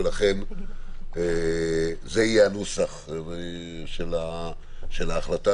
ולכן זה יהיה הנוסח של ההחלטה,